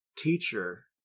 teacher